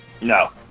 No